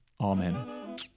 Amen